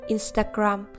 Instagram